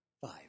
Five